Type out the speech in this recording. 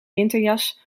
winterjas